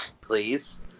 please